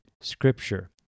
scripture